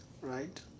right